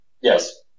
Yes